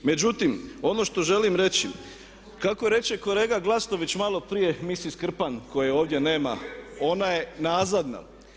Međutim, ono što želim reći kako reče kolega Glasnović malo prije miss Krpan koje ovdje nema, ona je nazadna.